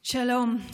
שלום.